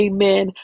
Amen